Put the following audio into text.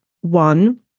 one